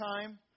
time